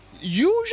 usually